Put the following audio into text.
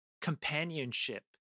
companionship